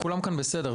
כולם כאן בסדר,